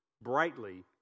brightly